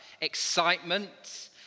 excitement